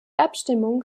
abstimmung